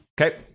Okay